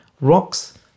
rocks